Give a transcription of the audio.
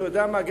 אתה יודע מה,